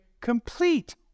complete